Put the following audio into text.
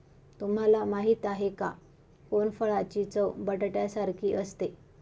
तुम्हाला माहिती आहे का? कोनफळाची चव बटाट्यासारखी असते